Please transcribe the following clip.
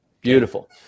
Beautiful